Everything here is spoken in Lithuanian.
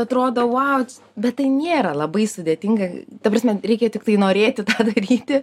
atrodo vau bet tai nėra labai sudėtinga ta prasme reikia tiktai norėti tą daryti